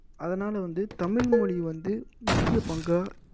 அதனால் வந்து தமிழ்மொழி வந்து முக்கிய பங்காக